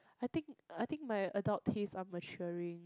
I think I think my adult tastes are maturing